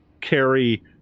carry